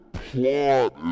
plot